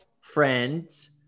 friends